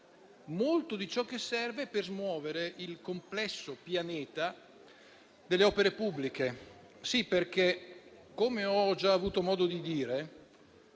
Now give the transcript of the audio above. molto di ciò che serve per smuovere il complesso pianeta delle opere pubbliche. Come ho già avuto modo di dire,